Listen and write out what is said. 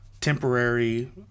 temporary